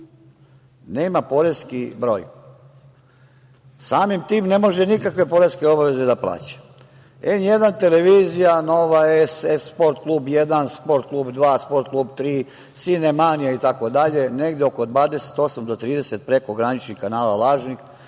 nema poreski broj. Samim tim ne može nikakve poreske obaveze da plaća. Televizija „N1“, Nova S“, „Sport klub 1“, „Sport klub“, „Sport klub 3“, „Sinemanija“, itd., negde oko 28, do 30 prekograničnih kanala, lažnih